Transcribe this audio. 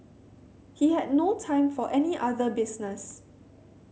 he had no time for any other business